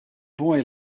boy